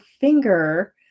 finger